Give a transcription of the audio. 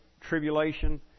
tribulation